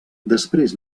després